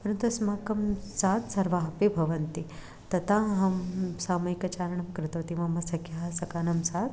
परन्तु अस्माकं सात् सर्वाः अपि भवन्ति तथा अहं सामूहिकचारणं कृतवती मम सख्याः सखानां सात्